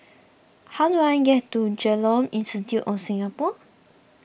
how do I get to Genome Institute of Singapore